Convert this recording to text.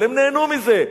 אבל הם נהנו מזה.